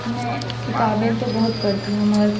میں کتابیں تو بہت پڑھتی ہوں مگر